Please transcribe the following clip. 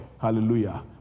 Hallelujah